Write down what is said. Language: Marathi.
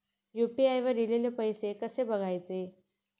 यू.पी.आय वर ईलेले पैसे कसे बघायचे?